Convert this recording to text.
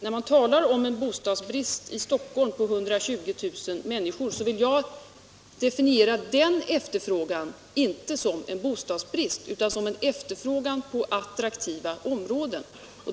När man talar om en bostadskö i Stockholm på 120 000 människor vill jag definiera den efterfrågan inte som en bostadsbrist utan som en efterfrågan på bostäder i attraktiva områden.